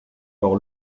par